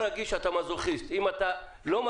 אם אתה לא רגיש,